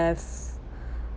have